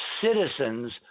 citizens